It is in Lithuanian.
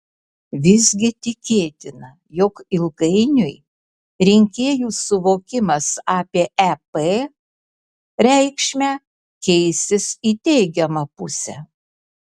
visgi tikėtina jog ilgainiui rinkėjų suvokimas apie ep reikšmę keisis į teigiamą pusę